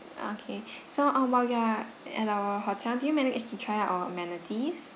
okay so about ya at our hotel do you managed to try out our amenities